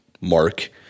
Mark